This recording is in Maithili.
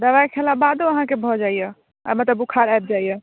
दबाइ खेला बादो अहाँके भऽ जाइए मतलब बुखार आबि जाइए